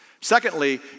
Secondly